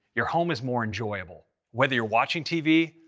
your home is more enjoyable, whether you're watching tv,